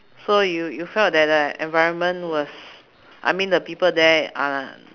so you you felt that like environment was I mean the people there are